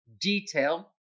detail